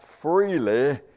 freely